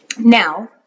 Now